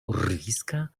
urwiska